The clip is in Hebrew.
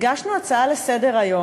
הגשנו הצעה לסדר-היום,